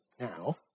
now